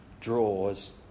draws